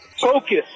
Focus